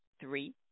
three